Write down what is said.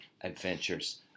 adventures